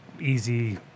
easy